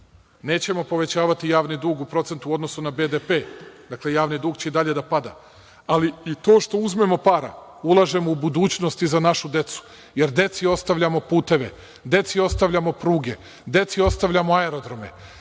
nećemo povećavati javni dug u procentu u odnosu na BDP, dakle javni dug će i dalje da pada. Ali, i to što uzmemo para, ulažemo u budućnost i za našu decu, jer deci ostavljamo puteve, deci ostavljamo pruge, deci ostavljamo aerodrome.